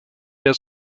der